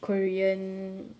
korean